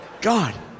God